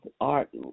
Art